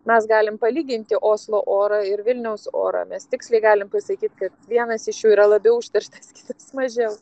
mes galim palyginti oslo orą ir vilniaus orą mes tiksliai galim pasakyt kad vienas iš jų yra labiau užterštas kitas mažiau